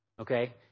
Okay